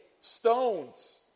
stones